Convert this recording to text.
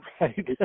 Right